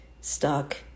stuck